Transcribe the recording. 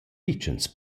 pitschens